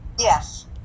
Yes